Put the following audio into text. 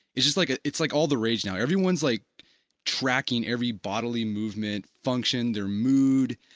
it's just like ah it's like all the rage now. everyone is like tracking every bodily movement function their mood,